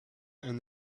and